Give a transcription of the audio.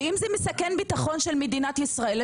אם זה מסכן ביטחון של מדינת ישראל,